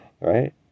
Right